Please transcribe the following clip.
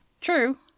True